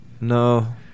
No